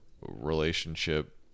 Relationship